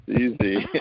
Easy